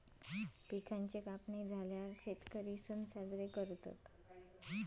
पिकांची कापणी झाल्यार शेतकर्यांचे सण साजरे करतत